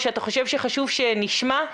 כשעושים קמפיין,